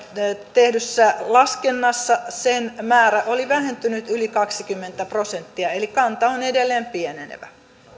tehdyssä laskennassa sen määrä oli vähentynyt yli kaksikymmentä prosenttia eli kanta on edelleen pienenevä